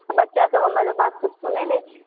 बच्चा सब हमर बात सब सुनै नहि छै